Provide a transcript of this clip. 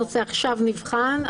הנושא עכשיו נבחן,